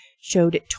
showed